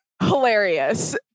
Hilarious